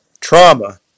trauma